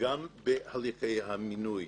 גם בהליכי המינוי.